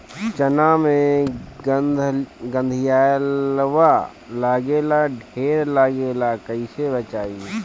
चना मै गधयीलवा लागे ला ढेर लागेला कईसे बचाई?